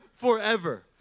forever